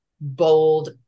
bold